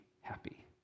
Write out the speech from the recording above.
happy